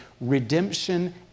redemption